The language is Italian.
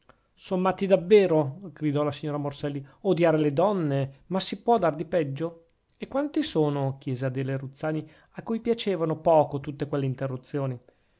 matti davvero gridò la signora morselli odiare le donne ma si può dar di peggio e quanti sono chiese adele ruzzani a cui piacevano poco tutte quelle interruzioni